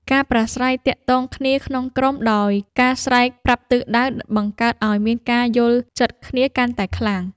ការប្រាស្រ័យទាក់ទងគ្នាក្នុងក្រុមដោយការស្រែកប្រាប់ទិសដៅ បង្កើតឱ្យមានការយល់ចិត្តគ្នាកាន់តែខ្លាំង។